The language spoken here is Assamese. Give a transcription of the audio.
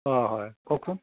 অঁ হয় কওকচোন